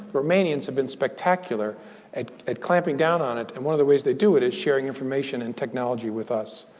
romanians have been spectacular at at clamping down on it. and one of the ways they do it is sharing information and technology with us.